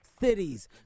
cities